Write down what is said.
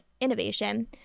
innovation